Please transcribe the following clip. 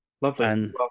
lovely